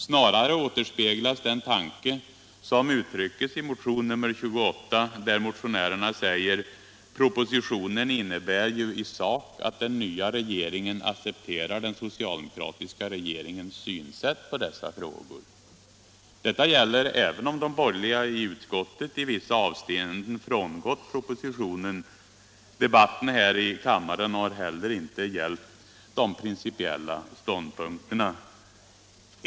Snarare återspeglas den tanke som uttrycks i motion nr 28, där motionärerna säger: ”Propositionen innebär ju i sak att den nya regeringen accepterar den socialdemokratiska regeringens synsätt i dessa frågor.” Detta gäller även om de borgerliga ledamöterna i utskottet i vissa avseenden frångått propositionen. Debatten här i kammaren har heller inte gällt de principiella ståndpunkterna.